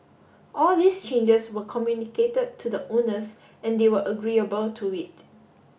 all these changes were communicated to the owners and they were agreeable to it